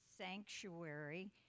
sanctuary